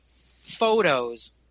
photos